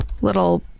little